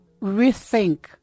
rethink